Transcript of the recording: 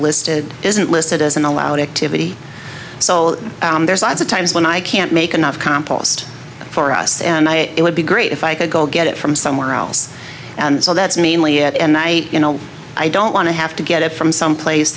listed isn't listed as an allowed activity so there's lots of times when i can't make enough compost for us and it would be great if i could go get it from somewhere else and so that's mainly it and i you know i don't want to to have get it from some place